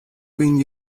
been